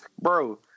Bro